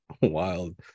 wild